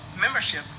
membership